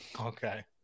okay